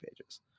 pages